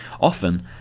Often